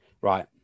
right